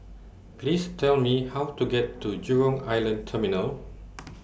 Please Tell Me How to get to Jurong Island Terminal